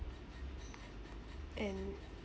and